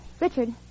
Richard